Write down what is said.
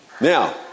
Now